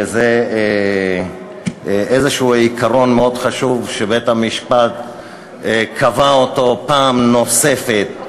וזה איזשהו עיקרון מאוד חשוב שבית-המשפט קבע אותו פעם נוספת,